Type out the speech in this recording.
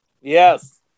Yes